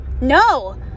No